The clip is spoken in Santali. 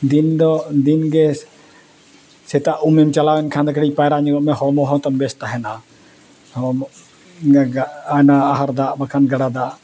ᱫᱤᱱ ᱫᱚ ᱫᱤᱱ ᱜᱮ ᱥᱮᱛᱟᱜ ᱩᱢᱮᱢ ᱪᱟᱞᱟᱣ ᱮᱱᱠᱷᱟᱱ ᱫᱚ ᱠᱟᱹᱴᱤᱡ ᱯᱟᱭᱨᱟ ᱧᱩᱨᱩᱜ ᱢᱮ ᱦᱚᱲᱢᱚ ᱦᱚᱸ ᱛᱟᱢ ᱵᱮᱥ ᱛᱟᱦᱮᱱᱟ ᱦᱚᱲᱢᱚ ᱟᱦᱟᱨ ᱫᱟᱜ ᱵᱟᱠᱷᱟᱱ ᱜᱟᱰᱟ ᱫᱟᱜ